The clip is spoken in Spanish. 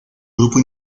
grupo